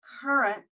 current